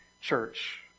Church